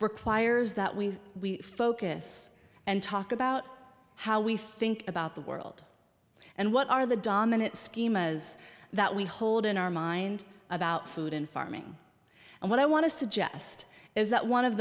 requires that we focus and talk about how we think about the world and what are the dominant schemas that we hold in our mind about food and farming and what i want to suggest is that one of